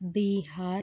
Bihar